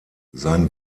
sein